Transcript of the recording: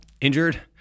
injured